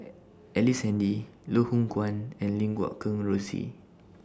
Ellice Handy Loh Hoong Kwan and Lim Guat Kheng Rosie